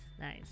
nice